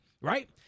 right